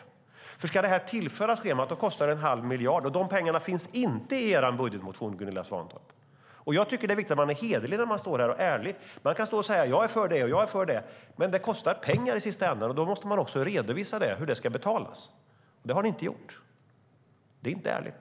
Om dessa ämnen ska tillföras schemat kostar det 1⁄2 miljard. De pengarna finns inte i er budgetmotion, Gunilla Svantorp. Det är viktigt att man är hederlig och ärlig i kammaren. Man kan säga att man är för det eller det, men det kostar pengar. Då måste man också redovisa hur det ska betalas. Det har ni inte gjort. Det är inte ärligt.